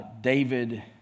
David